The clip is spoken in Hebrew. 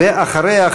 ואחריה,